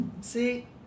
See